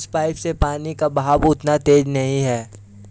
इस पाइप से पानी का बहाव उतना तेज नही है